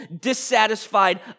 dissatisfied